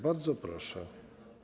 Bardzo proszę.